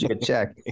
check